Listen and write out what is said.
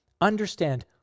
understand